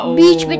beach